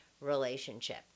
relationship